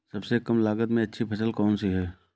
सबसे कम लागत में अच्छी फसल कौन सी है?